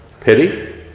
pity